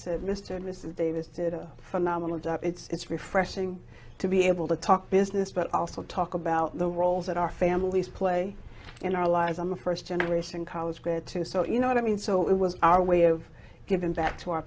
said mr davis did a phenomenal job it's refreshing to be able to talk business but also talk about the role that our families play in our lives i'm a first generation college grad too so you know what i mean so it was our way of giving back to our